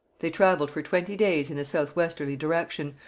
they travelled for twenty days in a south-westerly direction,